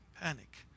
panic